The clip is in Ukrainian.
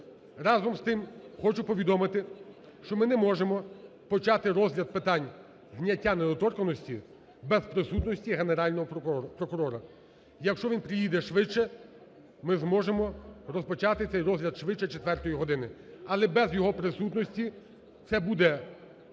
Разом з тим хочу повідомити, що ми не можемо почати розгляд питань зняття недоторканності без присутності Генерального прокурора. Якщо він приїде швидше, ми зможемо розпочати цей розгляд швидше 4-ї години. Але без його присутності це буде справа